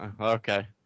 Okay